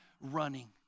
running